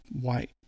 white